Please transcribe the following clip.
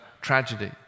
tragedy